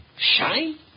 Shine